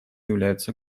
являются